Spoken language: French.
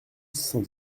cent